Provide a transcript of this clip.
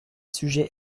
sujet